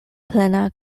plena